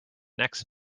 next